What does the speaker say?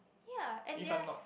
ya and they're